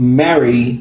marry